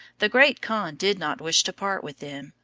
the great khan did not wish to part with them,